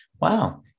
wow